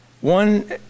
One